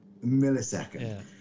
millisecond